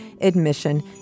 Admission